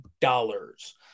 dollars